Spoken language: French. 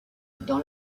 dans